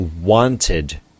wanted